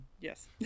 Yes